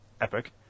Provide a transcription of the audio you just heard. EPIC